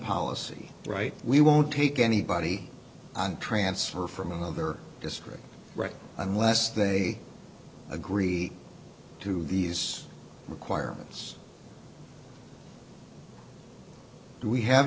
policy right we won't take anybody on transfer from another district right unless they agree to these requirements and we have